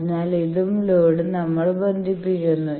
അതിനാൽ ഇതും ലോഡും നമ്മൾ ബന്ധിപ്പിക്കുന്നു